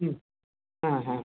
ம் ஆஹா